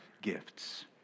Gifts